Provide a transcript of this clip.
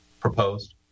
proposed